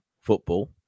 football